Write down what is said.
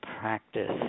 practice